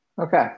okay